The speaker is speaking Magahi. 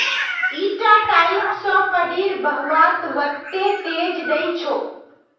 इटा पाइप स पानीर बहाव वत्ते तेज नइ छोक